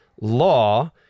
law